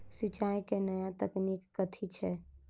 सिंचाई केँ नया तकनीक कथी छै?